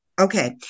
Okay